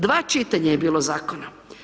Dva čitanja je bilo zakona.